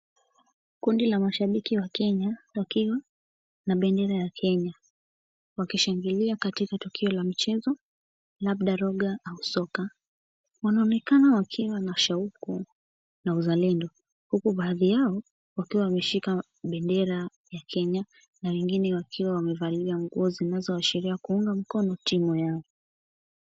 Kundi la mashabiki wa Kenya, wakiwa na bendera ya Kenya. Wakishangilia katika tukio la mchezo labda roga au soka, wanaonekana wakiwa na shauku na uzalendo, huku baadhi yao, wakiwa wameshika bendera ya Kenya, na wengine wakiwa wamevalia nguo zinazo ashiria kuunga mkono timu yao.